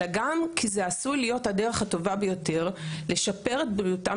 אלא גם כי זה עשוי להיות הדרך הטובה ביותר לשפר את בריאותם